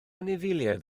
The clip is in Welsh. anifeiliaid